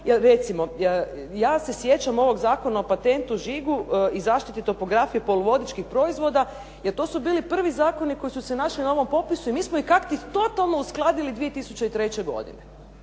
recimo, ja se sjećam ovog Zakona o patentu, žigu i zaštite topografije poluvodičkih proizvoda, jer to su bili prvi zakoni koji su se našli na ovom popisu i mi smo ih kakti totalno uskladili 2003. godine.